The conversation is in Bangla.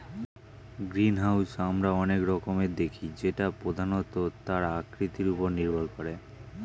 গ্রিনহাউস আমরা অনেক রকমের দেখি যেটা প্রধানত তার আকৃতির ওপর নির্ভর করে